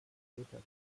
vertreter